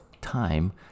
time